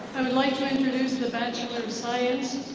i would like to introduce the bachelor of science,